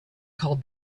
called